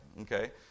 Okay